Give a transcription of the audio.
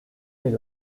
est